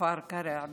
מכפר קרע,